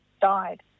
died